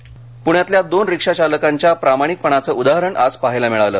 रिक्षा पुण्यातल्या दोन रिक्षाचालकांच्या प्रमाणिकपणाचं उदाहरण आज पाहायला मिळालं